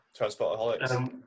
Transportaholics